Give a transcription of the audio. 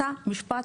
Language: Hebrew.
אותה תשובה,